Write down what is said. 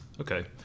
Okay